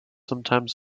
sometimes